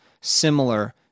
similar